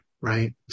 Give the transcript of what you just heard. right